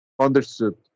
Understood